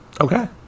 Okay